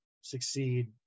succeed